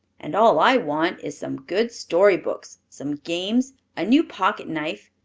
and all i want is some good story books, some games, a new pocket-knife,